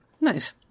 Nice